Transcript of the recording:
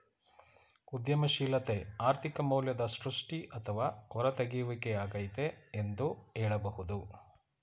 ಉದ್ಯಮಶೀಲತೆ ಆರ್ಥಿಕ ಮೌಲ್ಯದ ಸೃಷ್ಟಿ ಅಥವಾ ಹೂರತೆಗೆಯುವಿಕೆ ಯಾಗೈತೆ ಎಂದು ಹೇಳಬಹುದು